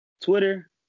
Twitter